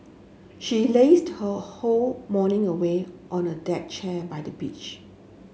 she lazed her whole morning away on a deck chair by the beach